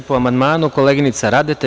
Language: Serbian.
Po amandmanu, koleginica Radeta.